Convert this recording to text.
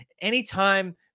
Anytime